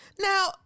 Now